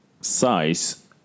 size